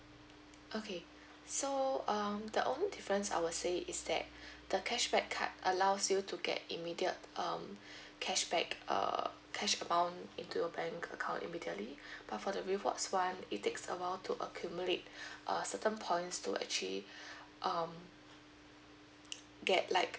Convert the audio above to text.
okay so um the only difference I will say is that the cashback card allows you to get immediate um cashback uh cash amount into your bank account immediately but for the rewards for um it takes a while to accumulate certain points to actually um get like